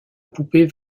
poupée